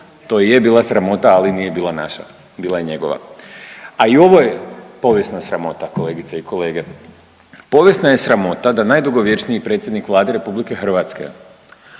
To i je bila sramota, ali nije bila naša, bila je njegova. A i ovo je povijesna sramota kolegice i kolege. Povijesna je sramota da najdugovječniji predsjednik Vlade Republike Hrvatske